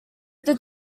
this